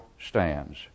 stands